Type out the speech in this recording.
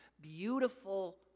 beautiful